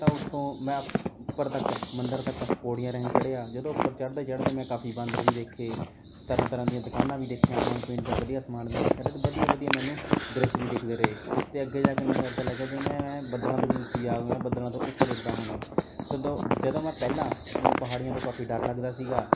ਤਾਂ ਉੱਥੋਂ ਮੈਂ ਉੱਪਰ ਤੱਕ ਮੰਦਰ ਤੱਕ ਪੌੜੀਆਂ ਰਾਹੀਂ ਚੜ੍ਹਿਆ ਜਦੋਂ ਉੱਪਰ ਚੜ੍ਹਦੇ ਚੜ੍ਹਦੇ ਮੈਂ ਕਾਫੀ ਬਾਂਦਰ ਵੀ ਦੇਖੇ ਤਰ੍ਹਾਂ ਤਰ੍ਹਾਂ ਦੀਆਂ ਦੁਕਾਨਾਂ ਵੀ ਵੇਖੀਆਂ ਖਾਣ ਪੀਣ ਦਾ ਵਧੀਆ ਸਮਾਨ ਵੀ ਦੇਖਿਆ ਵਧੀਆ ਵਧੀਆ ਮੈਨੂੰ ਦ੍ਰਿਸ਼ ਵੀ ਦਿਖਦੇ ਰਹੇ ਅਤੇ ਅੱਗੇ ਜਾ ਕੇ ਮੈਨੂੰ ਇੱਦਾਂ ਲੱਗਿਆ ਜਿਵੇਂ ਮੈਂ ਬੱਦਲਾਂ ਤੋਂ ਵੀ ਉੱਚੀ ਆ ਗਿਆ ਬੱਦਲਾਂ ਤੋਂ ਉੱਪਰ ਉੱਡਦਾ ਹੋਵੇ ਤਦੋਂ ਜਦੋਂ ਮੈਂ ਪਹਿਲਾਂ ਮੈਨੂੰ ਪਹਾੜੀਆਂ ਤੋਂ ਕਾਫੀ ਡਰ ਲੱਗਦਾ ਸੀਗਾ